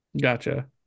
Gotcha